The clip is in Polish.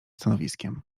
stanowiskiem